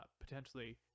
potentially